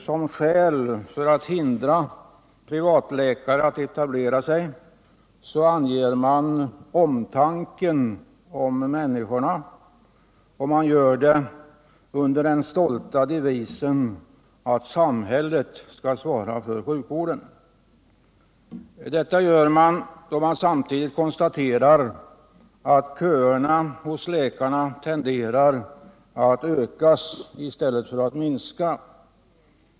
Som skäl för att hindra privatläkare att etablera sig anger man omtanken om människorna, och man gör det under den stolta devisen att samhället skall svara för sjukvården. Detta gör man samtidigt som man konstaterar att köerna hos läkarna tenderar att öka i stället för att minska.